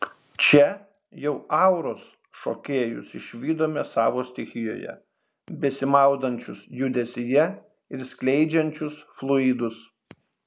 čia jau auros šokėjus išvydome savo stichijoje besimaudančius judesyje ir skleidžiančius fluidus